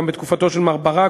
גם בתקופתו של מר ברק,